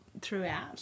throughout